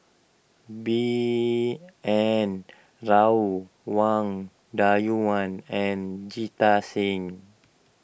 B N Rao Wang Dayuan and Jita Singh